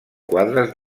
quadres